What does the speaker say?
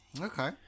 Okay